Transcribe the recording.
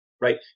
right